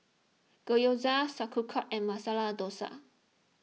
Gyoza Sauerkraut and Masala Dosa